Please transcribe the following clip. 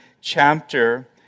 chapter